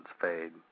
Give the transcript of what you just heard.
fade